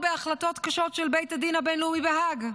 בהחלטות קשות של בית הדין הבין-לאומי בהאג,